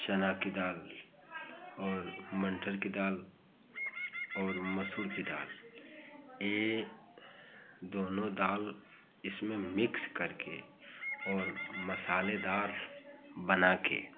चना के दाल और मटर के दाल और मसूर की दाल ये दोनों दाल इसमें मिक्स करके और मसालेदार बनाके